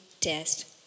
test